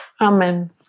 Amen